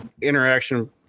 interaction